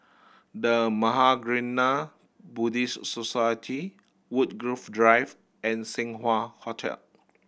The Mahaprajna Buddhist Society Woodgrove Drive and Seng Wah Hotel